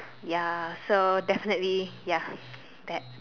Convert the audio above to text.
ya so definitely ya that